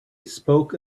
spoke